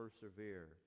persevere